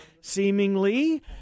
seemingly